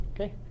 Okay